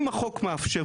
אם החוק מאפשר,